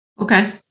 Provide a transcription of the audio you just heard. Okay